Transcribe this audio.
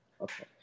Okay